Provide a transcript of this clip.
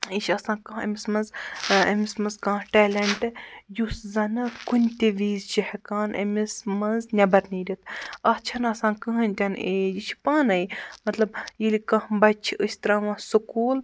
یہِ چھُ آسان کانٛہہ أمِس منٛز ٲں أمِس منٛز کانٛہہ ٹیلیٚنٛٹ یُس زَن کُنہِ تہِ وِزِ چھُ ہیٛکان أمِس منٛز نیٚبَر نیٖرِتھ اَتھ چھَنہٕ آسان کٕہٲنۍ تہِ نہٕ ایج یہِ چھُ پانٔے مطلب ییٚلہِ کانٛہہ بَچہِ چھِ أسۍ ترٛاوان سکوٗل